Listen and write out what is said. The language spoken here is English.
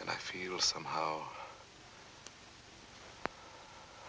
and i feel somehow